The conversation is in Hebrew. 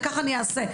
וככה אני אעשה.